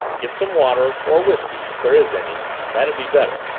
get some water or whisky if there is any that'd be better.